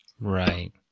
Right